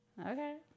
Okay